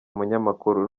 umunyamakuru